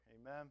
Amen